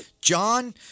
John